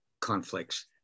conflicts